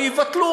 או יבטל,